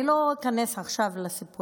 אני לא איכנס עכשיו לסיפורים,